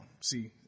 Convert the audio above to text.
See